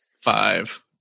five